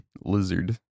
Lizard